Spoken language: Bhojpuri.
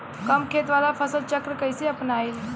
कम खेत वाला फसल चक्र कइसे अपनाइल?